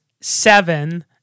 seven